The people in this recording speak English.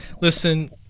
Listen